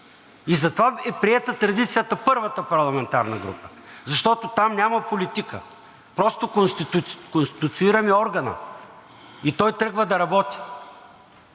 И затова е приета традицията – първата парламентарна група, защото там няма политика. Просто конституираме органа и той тръгва да работи.